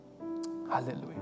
Hallelujah